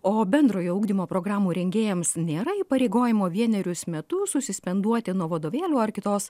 o bendrojo ugdymo programų rengėjams nėra įpareigojimo vienerius metus susispenduoti nuo vadovėlių ar kitos